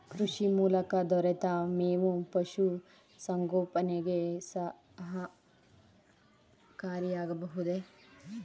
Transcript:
ಕೃಷಿ ಮೂಲಕ ದೊರೆತ ಮೇವು ಪಶುಸಂಗೋಪನೆಗೆ ಸಹಕಾರಿಯಾಗಬಹುದೇ?